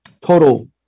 total